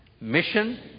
Mission